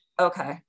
Okay